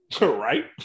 Right